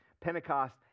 pentecost